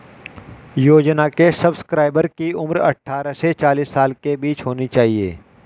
योजना के सब्सक्राइबर की उम्र अट्ठारह से चालीस साल के बीच होनी चाहिए